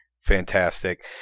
fantastic